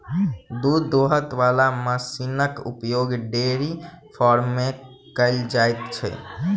दूध दूहय बला मशीनक उपयोग डेयरी फार्म मे कयल जाइत छै